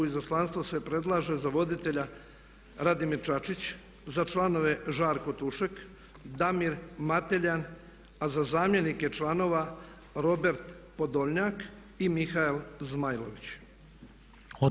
U izaslanstvo se predlaže za voditelja Radimir Čačić, za članove Žarko Tušek, Damir Mateljan a za zamjenike članova Robert Podolnjak i Mihael Zmajlović.